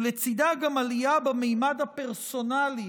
ולצידה, גם עלייה בממד הפרסונלי